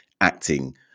acting